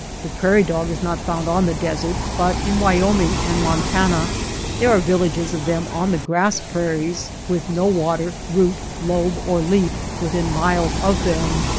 the prairie dog is not found on the desert, but in wyoming and montana there are villages of them on the grass prairies, with no water, root, lobe, or leaf within miles of them.